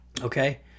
Okay